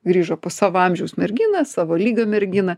grįžo pas savo amžiaus merginą savo lygio merginą